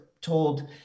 told